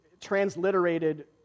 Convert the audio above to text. transliterated